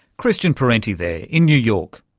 christian parenti there in new york.